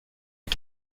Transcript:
est